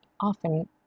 often